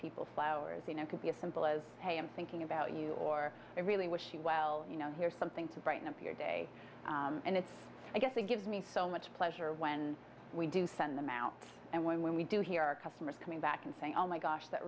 people flowers you know could be as simple as hey i'm thinking about you or i really wish you well you know here's something to brighten up your day and it's i guess it gives me so much pleasure when we do send them out and when we do hear our customers coming back and saying oh my gosh that